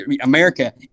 America